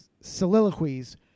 soliloquies